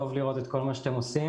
טוב לראות את כל מה שאתם עושים.